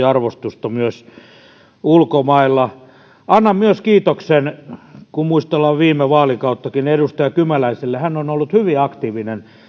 arvostusta myös arvostusta ulkomailla annan kiitoksen kun muistellaan viime vaalikauttakin myös edustaja kymäläiselle hän on ollut hyvin aktiivinen